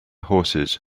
horses